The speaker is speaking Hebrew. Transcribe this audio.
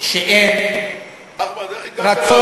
שאין רצון